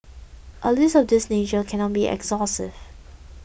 a list of this nature cannot be exhaustive